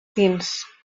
fins